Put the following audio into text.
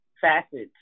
facets